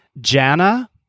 Jana